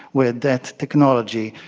with that technology.